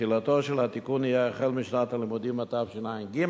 ותחילתו של התיקון יהיה החל בשנת הלימודים התשע"ג,